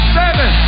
seven